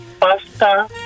pasta